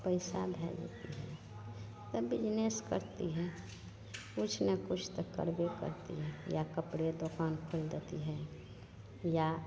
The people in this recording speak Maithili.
पइसा भए जएतै तब बिजनेस करतै ने किछु ने किछु तऽ करबे करतै ने या कपड़े दोकान खोलि देतिए हम या